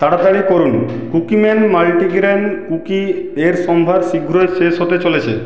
তাড়াতাড়ি করুন Cookieman multigrain cookie এর সম্ভার শীঘ্রই শেষ হতে চলেছে